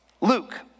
Luke